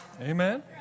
Amen